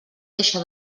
deixa